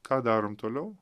ką darom toliau